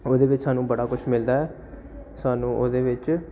ਉਹਦੇ ਵਿੱਚ ਸਾਨੂੰ ਬੜਾ ਕੁਛ ਮਿਲਦਾ ਹੈ ਸਾਨੂੰ ਉਹਦੇ ਵਿੱਚ